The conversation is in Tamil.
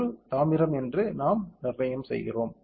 பொருள் தாமிரம் என்று நாம் நிர்ணயம் செய்கிறோம்